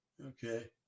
Okay